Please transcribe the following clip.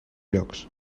llocs